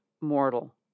mortal